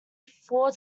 four